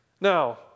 Now